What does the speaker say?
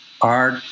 art